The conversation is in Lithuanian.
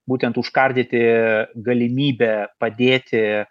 būtent užkardyti galimybę padėti